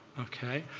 okay.